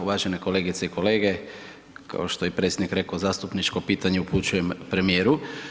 Uvažene kolegice i kolege, kao što je i predsjednik rekao, zastupničko pitanje upućujem premijeru.